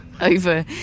over